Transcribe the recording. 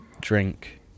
drink